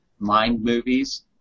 mindmovies